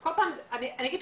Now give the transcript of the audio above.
כל פעם אני אגיד,